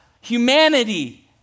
humanity